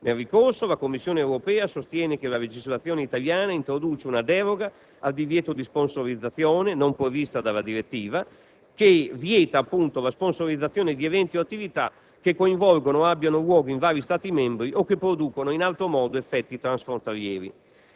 Nel ricorso la Commissione europea sostiene che la legislazione italiana introduce una deroga al divieto di sponsorizzazione non prevista dalla direttiva, che vieta appunto la sponsorizzazione di eventi o attività che coinvolgano o abbiano luogo in vari Stati membri o che producano in altro modo effetti transfrontalieri.